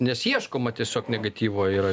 nes ieškoma tiesiog negatyvo yra